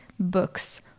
books